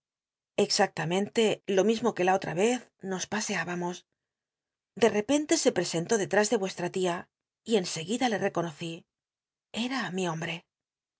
exaclllmentc lo mismo que la otra vez nos pasc bamos de repente se presentó dctás de vucstl tia y en seguida le reconocí ea mi hombre